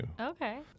Okay